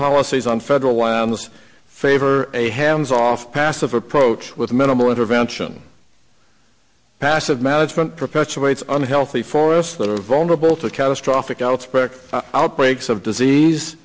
policies on federal land this favor a hands off passive approach with minimal intervention passive management perpetuates unhealthy forests that are vulnerable to catastrophic out spec outbreaks of disease